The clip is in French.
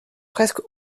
presque